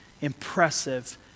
impressive